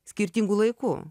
skirtingu laiku